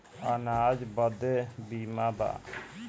अनाज बदे बीमा बा